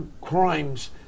crimes